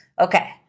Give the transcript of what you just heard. Okay